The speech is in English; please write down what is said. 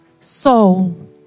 soul